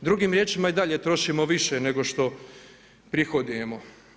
Drugim riječima, i dalje trošimo više, nego što prihodujemo.